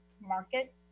market